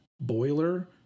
boiler